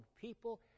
people